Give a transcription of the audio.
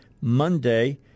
Monday